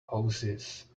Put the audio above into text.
hoses